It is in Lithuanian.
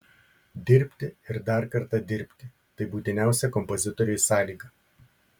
dirbti ir dar kartą dirbti tai būtiniausia kompozitoriui sąlyga